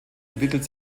entwickelt